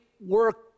work